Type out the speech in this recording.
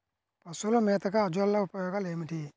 పశువుల మేతగా అజొల్ల ఉపయోగాలు ఏమిటి?